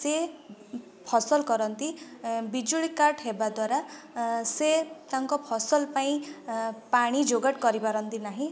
ସେ ଫସଲ କରନ୍ତି ଓ ବିଜୁଳି କାଟ୍ ହେବା ଦ୍ୱାରା ସେ ତାଙ୍କ ଫସଲ ପାଇଁ ପାଣି ଯୋଗାଡ଼ କରିପାରନ୍ତି ନାହିଁ